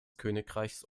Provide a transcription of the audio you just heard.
königreichs